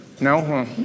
No